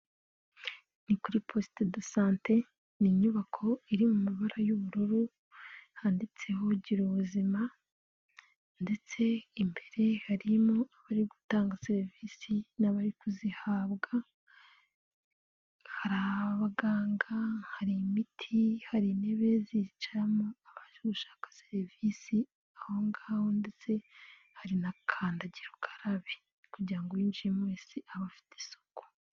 Ni kuri poste de sante, ni inyubako iri mu mabara y'ubururu; handitseho girara ubuzima ndetse imbere harimo abari gutanga serivisi n'abari kuzihabwa; hari abaganga, hari imiti, hari intebe zicayemo abaza gushaka serivisi ahongaho ndetse hari kandagira ukararabe kugira ngo uwinjiyemo wese abe abafite isuku.